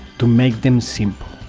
to make them simple.